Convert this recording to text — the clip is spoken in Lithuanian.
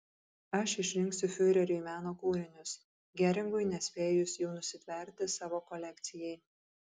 aš išrinksiu fiureriui meno kūrinius geringui nespėjus jų nusitverti savo kolekcijai